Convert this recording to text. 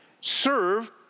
Serve